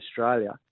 Australia